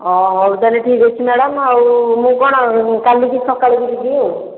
ଓ ହଉ ତା'ହେଲେ ଠିକ୍ ଅଛି ମ୍ୟାଡ଼ାମ୍ ଆଉ ମୁଁ କ'ଣ କାଲିକି ସକାଳେ ଯିବି ଆଉ